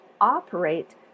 operate